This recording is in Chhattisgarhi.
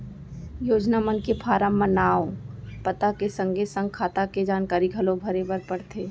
योजना मन के फारम म नांव, पता के संगे संग खाता के जानकारी घलौ भरे बर परथे